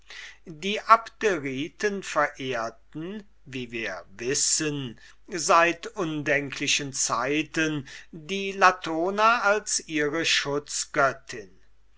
die abderiten verehrten wie wir wissen seit undenklichen zeiten die latona als ihre schutzgöttin